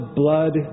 blood